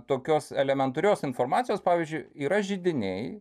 tokios elementarios informacijos pavyzdžiui yra židiniai